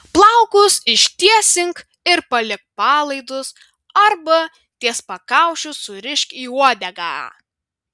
plaukus ištiesink ir palik palaidus arba ties pakaušiu surišk į uodegą